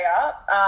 up